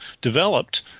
developed